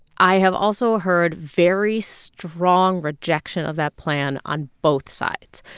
i have also heard very strong rejection of that plan on both sides